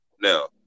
Now